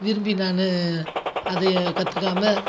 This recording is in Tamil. விரும்பி நான் அதை கத்துக்காமல்